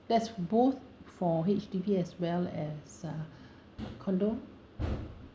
that's both for H_D_B as well as uh condo